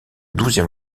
douzième